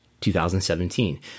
2017